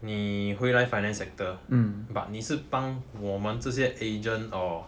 你回来 finance sector but 你是帮我们这些 agent or